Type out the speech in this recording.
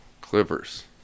Clippers